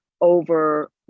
over